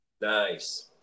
Nice